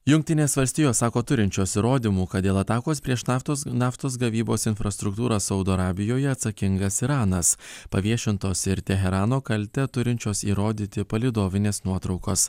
jungtinės valstijos sako turinčios įrodymų kad dėl atakos prieš naftos naftos gavybos infrastruktūrą saudo arabijoje atsakingas iranas paviešintos ir teherano kaltę turinčios įrodyti palydovinės nuotraukos